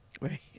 Right